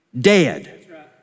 dead